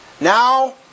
now